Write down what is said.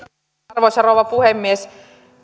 arvoisa rouva puhemies